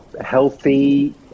healthy